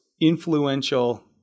influential